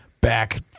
back